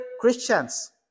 Christians